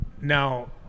now